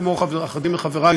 כמו אחדים מחברי,